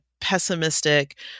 pessimistic